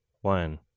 one